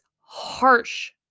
harsh